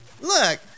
Look